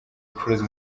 ubucuruzi